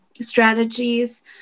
strategies